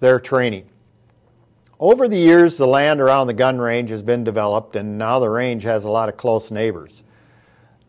their training over the years the land around the gun ranges been developed and now the range has a lot of close neighbors